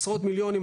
עשרות מיליונים,